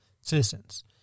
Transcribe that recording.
citizens